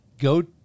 Go